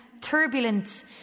turbulent